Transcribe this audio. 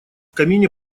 камине